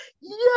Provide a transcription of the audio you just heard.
yes